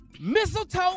Mistletoe